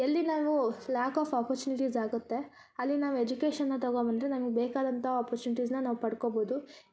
ಎಲ್ಲಿ ನಾವು lack of opportunities ಆಗುತ್ತೆ ಅಲ್ಲಿ ನಾವು ಎಜುಕೇಶನ್ನ ತಗೊಂಬಂದು ನಮ್ಗ ಬೇಕಾದಂಥ ಒಪ್ಪೋರ್ಚುನಿಟೀಸ್ನ ನಾವು ಪಡ್ಕೊಬೋದು ಎಜುಕೇಶನ್ ಅನ್ನೊದೊಂದು ಜಸ್ಟ್ ಒಂದು